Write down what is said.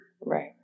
Right